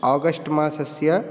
August मासस्य